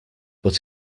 but